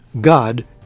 God